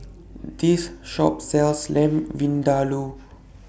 This Shop sells Lamb Vindaloo